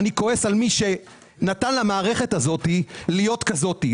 אני כועס על מי שנתן למערכת הזאת להיות כזאת.